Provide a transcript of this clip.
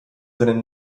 seinen